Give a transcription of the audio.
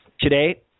today